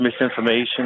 misinformation